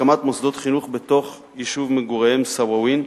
להקמת מוסדות חינוך בתוך יישוב מגוריהם, סוואווין,